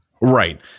right